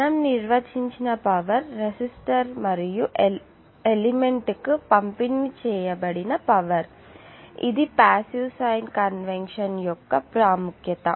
మనం నిర్వచించిన పవర్ రెసిస్టర్కు మరియు ఎలిమెంట్ కు పంపిణీ చేయబడిన పవర్ ఇదే పాసివ్ సైన్ కన్వెన్షన్ యొక్క ప్రాముఖ్యత